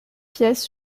pièces